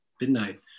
midnight